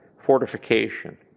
fortification